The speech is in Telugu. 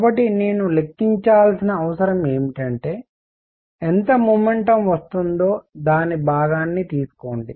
కాబట్టి నేను లెక్కించాల్సిన అవసరం ఏమిటంటే ఎంత మొమెంటం వస్తుందో దాని భాగాన్ని తీసుకోండి